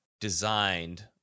designed